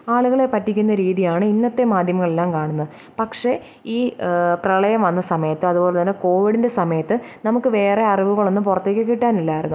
ആളുകളെ പറ്റിക്കുണ്ണ രീതിയാണ് ഇന്നത്തെ മാധ്യമങ്ങളെല്ലാം കാണുന്നത് പക്ഷേ ഈ പ്രളയം വന്ന സമയത്ത് അതുപോലെ തന്നെ കോവിഡിന്റെ സമയത്ത് നമുക്ക് വേറെ അറിവുകളൊന്നും പുറത്തേക്ക് കിട്ടാൻ ഇല്ലായിരുന്നു